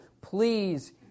please